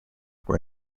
were